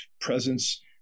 presence